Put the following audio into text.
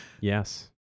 yes